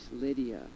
Lydia